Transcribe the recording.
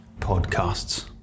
podcasts